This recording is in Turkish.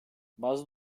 bazı